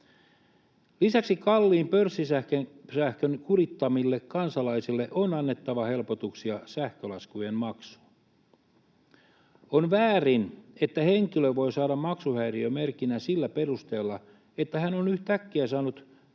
Lisäksi kalliin pörssisähkön kurittamille kansalaisille on annettava helpotuksia sähkölaskujen maksuun. On väärin, että henkilö voi saada maksuhäiriömerkinnän sillä perusteella, että hän on yhtäkkiä saanut tuhansien